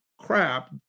crap